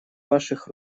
ваших